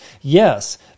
Yes